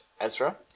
Ezra